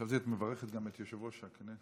חשבתי שאת מברכת גם את יושב-ראש הישיבה,